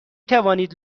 توانید